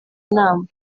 inama